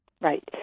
Right